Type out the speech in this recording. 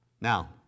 Now